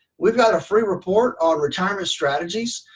we've got a free report on retirement strategies,